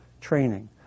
training